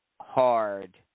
hard